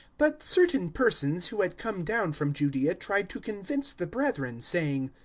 but certain persons who had come down from judaea tried to convince the brethren, saying,